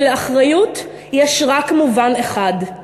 שלאחריות יש רק מובן אחד: